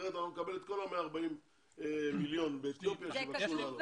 אחרת נקבל את כל ה-140 מיליון אזרחי אתיופיה שירצו לעלות.